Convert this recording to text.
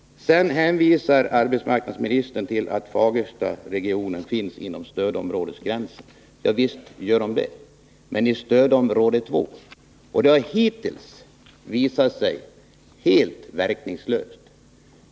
Sedan hänvisar arbetsmarknadsministern till att Fagerstaregionen finns inom stödområdets gränser. Ja, visst gör den det, men den ligger i stödområde 2, och stödåtgärderna har hittills visat sig helt verkningslösa.